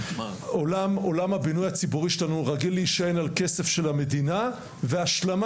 עולם הבינוי הציבורי שלנו רגיל להישען על כסף של המדינה והשלמה,